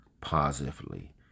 positively